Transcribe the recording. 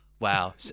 Wow